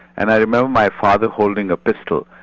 and i remember my father holding a pistol.